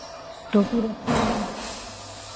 टोपी रखे हैं